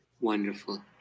Wonderful